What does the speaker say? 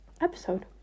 episode